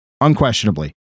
unquestionably